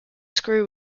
screw